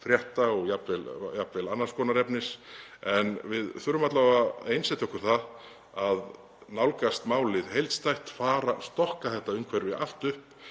og jafnvel annars konar efnis. En við þurfum alla vega að einsetja okkur það að nálgast málið heildstætt, stokka þetta umhverfi allt upp,